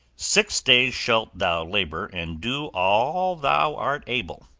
six days shalt thou labor and do all thou art able,